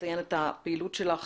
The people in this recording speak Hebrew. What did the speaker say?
לציין את הפעילות שלך